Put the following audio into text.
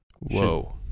Whoa